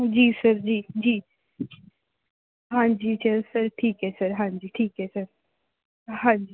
ਜੀ ਸਰ ਜੀ ਜੀ ਹਾਂਜੀ ਚਲੋ ਸਰ ਠੀਕ ਹੈ ਸਰ ਹਾਂਜੀ ਠੀਕ ਹੈ ਸਰ ਹਾਂਜੀ